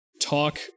talk